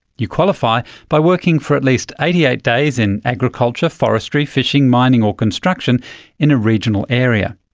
you qualify by working for at least eighty eight days in agriculture, forestry, fishing, mining or construction in a regional area.